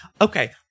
Okay